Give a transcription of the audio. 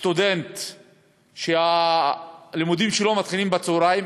אותו סטודנט שהלימודים שלו מתחילים בצהריים,